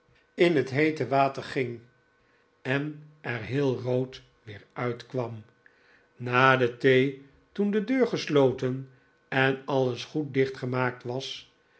in het heete water ging en er heel rood weer uitkwam na de thee toen de deur gesloten en alles goed dicht gemaakt was